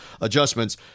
adjustments